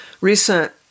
recent